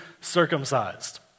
circumcised